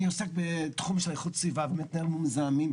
אני עוסק בתחום של איכות הסביבה וגורמים מזהמים,